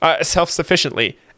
self-sufficiently